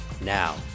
Now